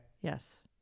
Yes